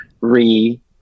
re-